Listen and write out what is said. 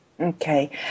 Okay